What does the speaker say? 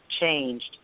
changed